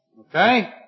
Okay